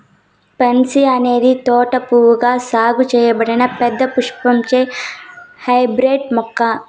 pansy అనేది తోట పువ్వుగా సాగు చేయబడిన పెద్ద పుష్పించే హైబ్రిడ్ మొక్క